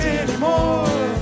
anymore